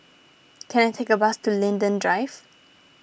can I take a bus to Linden Drive